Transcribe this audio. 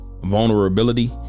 vulnerability